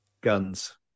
Guns